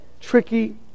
tricky